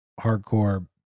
hardcore